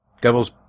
Devil's